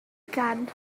elgan